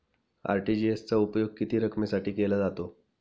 RTGS चा उपयोग किती रकमेसाठी केला जातो?